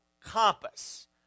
compass